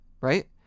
right